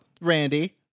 Randy